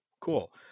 cool